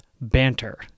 banter